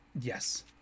Yes